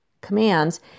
commands